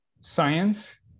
Science